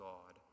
God